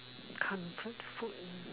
come try the food